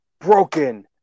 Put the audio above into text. broken